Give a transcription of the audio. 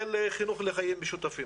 של חינוך לחיים משותפים.